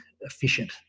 efficient